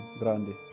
grande